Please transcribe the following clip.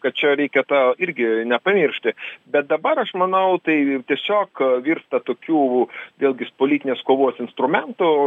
kad čia reikia tą irgi nepamiršti bet dabar aš manau tai tiesiog virsta tokiu vėlgis politinės kovos instrumentu